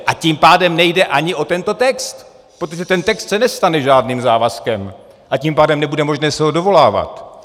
A tím pádem nejde ani o tento text, protože ten text se nestane žádným závazkem, a tím pádem se ho nebude možné dovolávat.